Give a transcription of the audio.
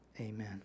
amen